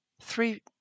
three